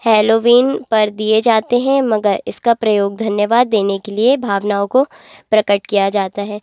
Halloween पर दिए जाते हैं मगर इसका प्रयोग धन्यवाद देने के लिए भावनाओं को प्रकट किया जाता है